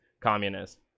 communist